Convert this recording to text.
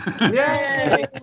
Yay